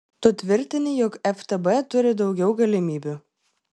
tu tvirtini jog ftb turi daugiau galimybių